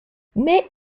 mais